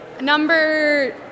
number